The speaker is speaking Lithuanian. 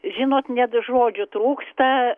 žinot net žodžių trūksta